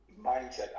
mindset